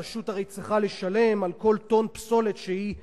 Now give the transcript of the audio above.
הרשות צריכה לשלם על כל טון פסולת שהיא טומנת,